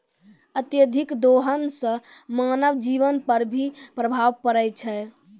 अत्यधिक दोहन सें मानव जीवन पर भी प्रभाव परै छै